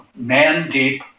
Mandeep